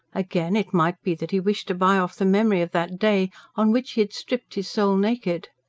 again, it might be that he wished to buy off the memory of that day on which he had stripped his soul naked.